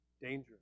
dangerous